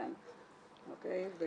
ליק"ר.